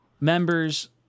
Members